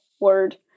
word